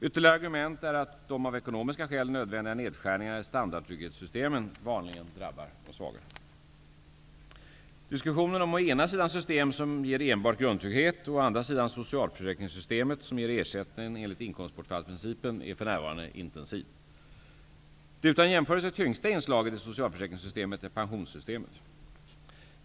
Ytterligare argument är att de av ekonomiska skäl nödvändiga nedskärningarna i standardtrygghetssystemen vanligen drabbar de svaga. Diskussionen om å ena sidan system som ger enbart grundtrygghet och å andra sidan socialförsäkringssystemet som ger ersättning enligt inkomstbortfallsprincipen är för närvarande intensiv. Det utan jämförelse tyngsta inslaget i socialförsäkringssystemet är pensionssystemet.